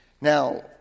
Now